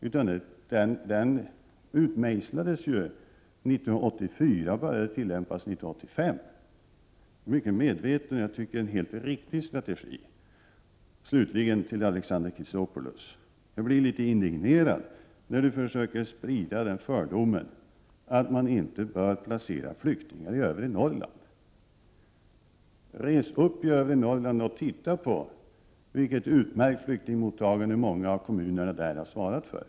Strategin utmejslades 1984 och började tillämpas 1985. Det är en mycket medveten och riktig strategi. Slutligen, Alexander Chrisopoulos, blir jag litet indignerad när ni försöker sprida fördomen att man inte bör placera flyktingar i övre Norrland. Res till övre Norrland och titta på vilket utmärkt flyktingmottagande många av kommunerna där har svarat för.